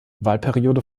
wahlperiode